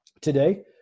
today